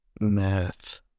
math